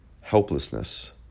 helplessness